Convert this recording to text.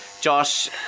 Josh